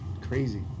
crazy